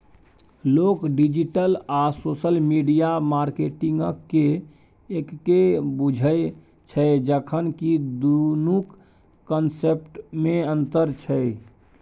लोक डिजिटल आ social media मार्केटिंगकेँ एक्के बुझय छै जखन कि दुनुक कंसेप्टमे अंतर छै